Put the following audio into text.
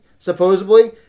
supposedly